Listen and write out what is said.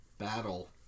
battle